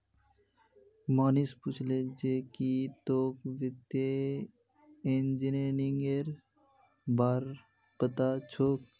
मोहनीश पूछले जे की तोक वित्तीय इंजीनियरिंगेर बार पता छोक